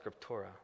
scriptura